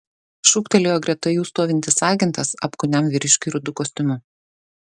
šūktelėjo greta jų stovintis agentas apkūniam vyriškiui rudu kostiumu